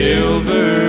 Silver